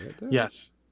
Yes